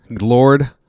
Lord